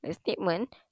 statement